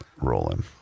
rolling